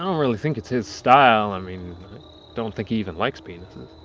um really think it's his style. i mean don't think even likes penises.